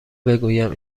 بگویم